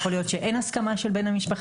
יכול להיות שאין הסכמה של בית המשפחה.